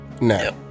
No